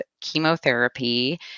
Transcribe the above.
chemotherapy